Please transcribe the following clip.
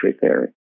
theory